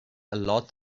lot